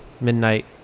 midnight